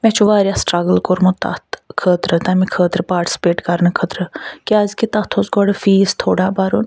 مےٚ چھُ واریاہ سِٹرَگٕل کوٚرمُت تَتھ خٲطرٕ تَمہِ خٲطرٕ پارٹِسِپیٹ کرنہٕ خٲطرٕ کیٛازِکہِ تَتھ اوس گۄڈٕ فیٖس تھوڑا بھرُن